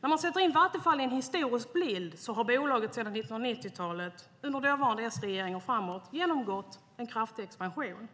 När man sätter in Vattenfall i en historisk bild har bolaget sedan 1990-talet, under dåvarande s-regeringar och framåt, genomgått en kraftig expansion.